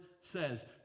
says